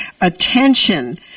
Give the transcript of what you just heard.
attention